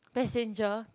passenger